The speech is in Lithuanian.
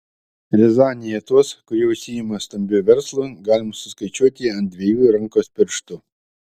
riazanėje tuos kurie užsiima stambiu verslu galima suskaičiuoti ant dviejų rankos pirštų